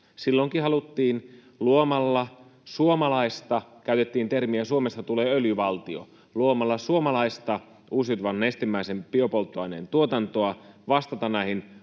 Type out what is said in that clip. Silloinkin haluttiin, käytettiin termiä Suomesta tulee öljyvaltio, luomalla suomalaista uusiutuvan nestemäisen biopolttoaineen tuotantoa vastata näihin haasteisiin,